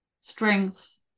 strengths